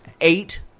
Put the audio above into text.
eight